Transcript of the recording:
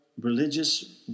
religious